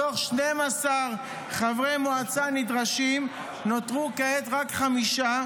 מתוך 12 חברי מועצה נדרשים נותרו כעת רק חמישה.